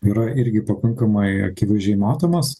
yra irgi pakankamai akivaizdžiai matomas